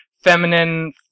feminine